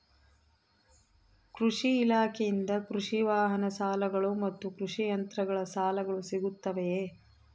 ಕೃಷಿ ಇಲಾಖೆಯಿಂದ ಕೃಷಿ ವಾಹನ ಸಾಲಗಳು ಮತ್ತು ಕೃಷಿ ಯಂತ್ರಗಳ ಸಾಲಗಳು ಸಿಗುತ್ತವೆಯೆ?